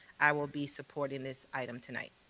i will be supporting this item tonight.